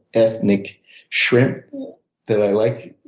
ethnic shrimp that i like.